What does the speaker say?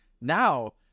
Now